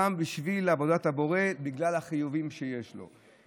קם בשביל עבודת הבורא בגלל החיובים שיש לו.